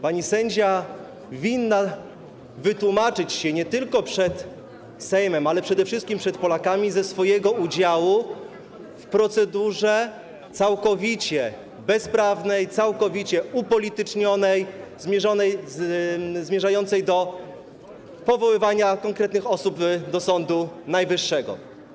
Pani sędzia winna wytłumaczyć się nie tylko przed Sejmem, ale przede wszystkim przed Polakami ze swojego udziału w procedurze całkowicie bezprawnej, całkowicie upolitycznionej, zmierzającej do powoływania konkretnych osób do Sądu Najwyższego.